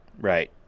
Right